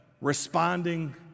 responding